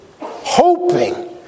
Hoping